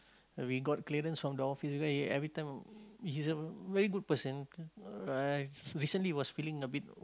we got clearance from the office because he every time he's a very good person right recently was feeling a bit